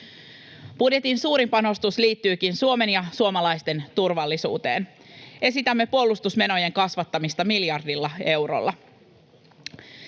Budjetin suurin panostus liittyykin Suomen ja suomalaisten turvallisuuteen. Esitämme puolustusmenojen kasvattamista miljardilla eurolla.